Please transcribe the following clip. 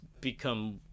become